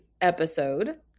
episode